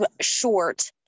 short